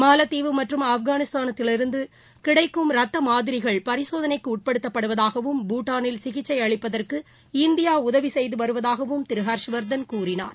மாலத்தீவு மற்றும் ஆப்கானிஸ்தானிலிருந்து கிடைக்கும் ரத்த மாதிரிகள் பரிசோதனைக்கு உட்படுத்தப்படுவதாகவும் பூட்டானில் சிகிச்சை அளிப்பதற்கு இந்தியா உதவி செய்து வருவதாகவும் திரு ஹர்ஷவர்தன் கூறினார்